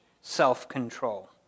self-control